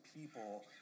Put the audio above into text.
people